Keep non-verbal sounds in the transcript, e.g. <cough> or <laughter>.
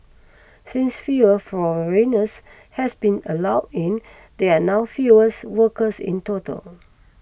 since fewer foreigners has been allowed in there are now <unintelligible> workers in total